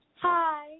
Hi